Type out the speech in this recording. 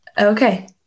Okay